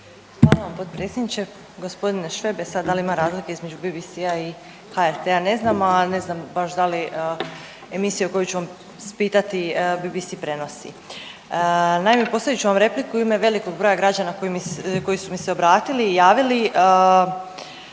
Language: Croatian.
Hvala vam potpredsjedniče. Gospodine Šveb, e sad da li ima razlike između BBC-a i HRT-a ne znamo, a ne znam baš da li emisija o kojoj ću vas pitati BBC prenosi. Naime, postavit ću vam repliku u ime velikog broja građana koji su mi se obratili i javili